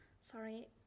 Sorry